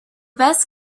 best